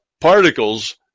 particles